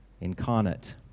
incarnate